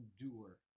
endure